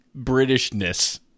Britishness